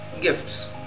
gifts